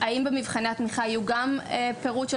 האם במבחני התמיכה יהיו פירוט של